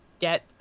get